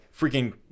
freaking